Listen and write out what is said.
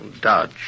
Dodge